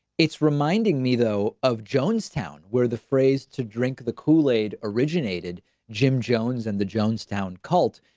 it's reminding me, though, of jonestown, where the phrase to drink the kool-aid originated jim jones and the jonestown cult.